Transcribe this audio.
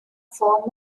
former